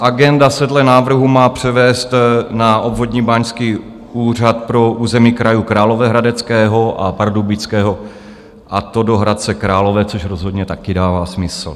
Agenda se dle návrhu má převést na Obvodní báňský úřad pro území krajů Královéhradeckého a Pardubického, a to do Hradce Králové, což rozhodně také dává smysl.